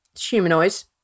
Humanoids